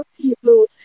people